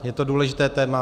Je to důležité téma.